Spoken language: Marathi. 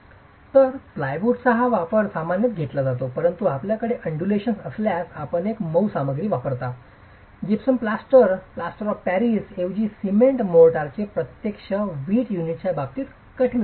तर प्लायवुडचा हा वापर सामान्यत घेतला जातो परंतु आपल्याकडे अंडूलेशन असल्यास आपण एक मऊ सामग्री वापरता gypsum plaster gypsum plaster plaster of Paris ऐवजी सिमेंट मोर्टार जे प्रत्यक्षात वीट युनिटच्या बाबतीतच कठीण असू शकते